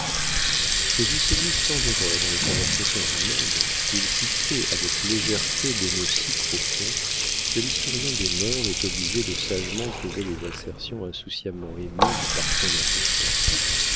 mais il se glisse tant d'erreurs dans les conversations du monde il s'y fait avec légèreté des maux si profonds que l'historien des mœurs est obligé de sagement peser les assertions insouciamment émises par tant d'insouciants